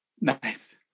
Nice